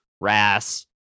Rass